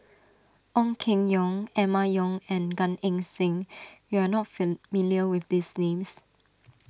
Ong Keng Yong Emma Yong and Gan Eng Seng you are not familiar with these names